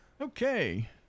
Okay